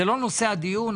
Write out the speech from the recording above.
זה לא נושא הדיון,